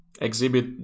Exhibit